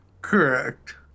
correct